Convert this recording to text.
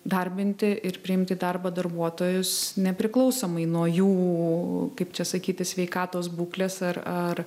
darbinti ir priimti į darbą darbuotojus nepriklausomai nuo jų kaip čia sakyti sveikatos būklės ar ar